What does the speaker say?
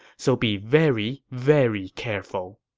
so be very, very careful.